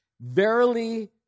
verily